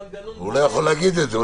במנגנון --- הוא לא יכול להגיד את זה.